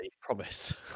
promise